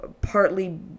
partly